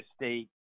State